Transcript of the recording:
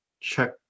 check